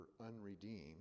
unredeemed